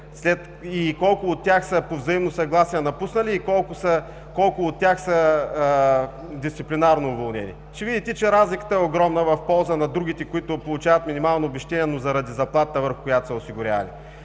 колко от тях са напуснали по взаимно съгласие и колко от тях са дисциплинарно уволнени. Ще видите, че разликата е огромна – в полза на другите, които получават минимално обезщетение, но заради заплатата, върху която са осигурявани.